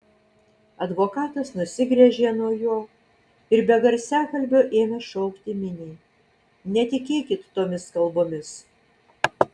advokatas nusigręžė nuo jo ir be garsiakalbio ėmė šaukti miniai netikėkit tomis kalbomis